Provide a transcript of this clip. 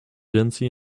jency